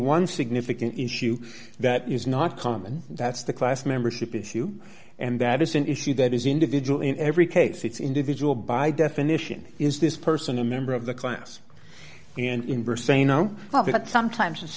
one significant issue that is not common that's the class membership issue and that is an issue that is individual in every case it's individual by definition is this person a member of the class and inverse say no sometimes it's